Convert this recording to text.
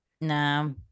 No